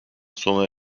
sona